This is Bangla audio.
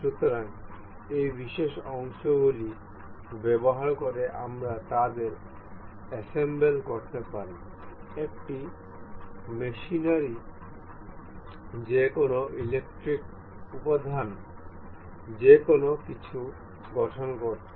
সুতরাং এই বিশেষ অংশগুলি ব্যবহার করে আমরা তাদের অ্যাসেম্বল করতে পারি একটি মেশিনারি যে কোনও ইলেকট্রনিক উপাদান যে কোনও কিছু গঠন করতে